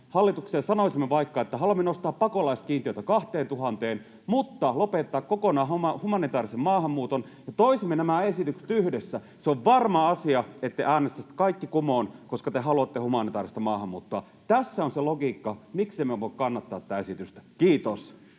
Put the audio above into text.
hallituksessa ja sanoisimme vaikka, että haluamme nostaa pakolaiskiintiötä 2 000:een mutta lopettaa kokonaan humanitäärisen maahanmuuton, ja toisimme nämä esitykset yhdessä, niin se on varma asia, että te äänestäisitte kaikki kumoon, koska te haluatte humanitääristä maahanmuuttoa. Tässä on se logiikka, miksi emme voi kannattaa tätä esitystä. — Kiitos.